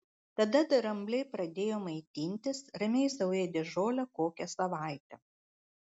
tada drambliai pradėjo maitintis ramiai sau ėdė žolę kokią savaitę